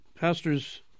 pastors